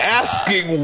asking